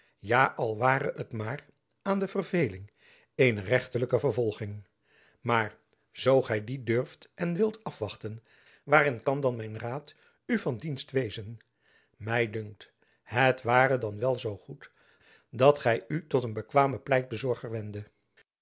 ja al ware t maar aan de verveeling eener rechterlijke vervolging maar zoo gy die durft en wilt afwachten waarin kan dan mijn raad u van dienst wezen my dunkt het ware dan wel zoo goed dat gy u tot een bekwamen pleitbezorger wenddet